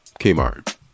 Kmart